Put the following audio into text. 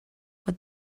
what